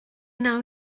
wnawn